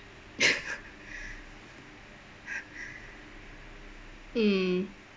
mm